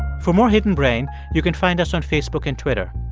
for more hidden brain, you can find us on facebook and twitter.